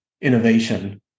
innovation